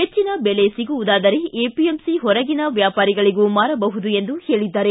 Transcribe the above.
ಹೆಚ್ಚಿನ ಬೆಲೆ ಸಿಗುವುದಾದರೆ ಎಪಿಎಂಸಿ ಹೊರೆಗಿನ ವ್ಯಾಪಾರಿಗಳಗೂ ಮಾರಬಹುದು ಎಂದು ಹೇಳಿದ್ದಾರೆ